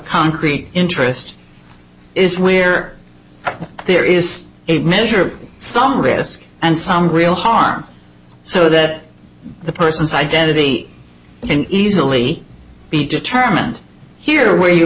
concrete interest is where there is a measure of some risk and some real harm so that the person's identity can easily be determined here where you